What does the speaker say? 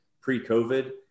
pre-COVID